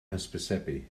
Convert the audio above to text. hysbysebu